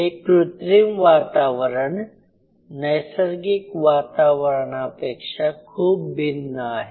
हे कृत्रिम वातावरण नैसर्गिक वातावरणापेक्षा खूप भिन्न आहे